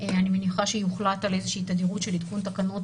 ואני מניחה שיוחלט על איזושהי תדירות של עדכון תקנות